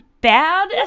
bad